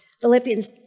Philippians